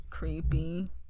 Creepy